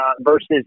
versus